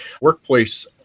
Workplace